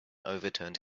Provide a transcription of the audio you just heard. overturned